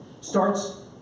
starts